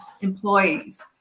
employees